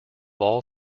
all